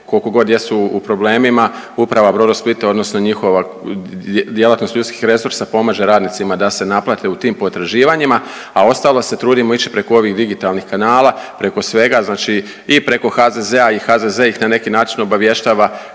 koliko god jesu u problemima, Uprava Brodosplita odnosno njihova djelatnost ljudskih resursa pomaže radnicima da se naplate u tim potraživanjima, a ostalo se trudimo ići preko ovih digitalnih kanala, preko svega, znači i preko HZZ-a i HZZ ih na neki način obavještava